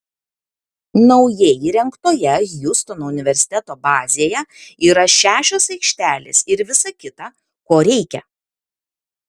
naujai įrengtoje hjustono universiteto bazėje yra šešios aikštelės ir visa kita ko reikia